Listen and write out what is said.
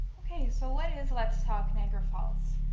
okay so what is let's talk niagara falls?